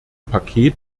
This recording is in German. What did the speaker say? paket